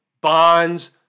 bonds